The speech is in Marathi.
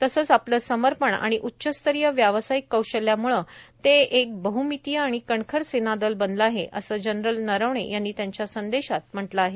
तसंच आपलं समर्पण आणि उच्चस्तरीय व्यावसायिक कौशल्यामुळे ते एक बहमितीय आणि कणखर सेनादल बनलं आहे असं जनरल नरवणे यांनी त्यांच्या संदेशात म्हटलं आहे